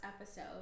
episode